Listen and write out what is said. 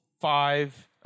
five